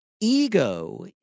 ego